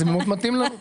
זה מאוד מתאים לנו.